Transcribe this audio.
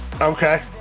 Okay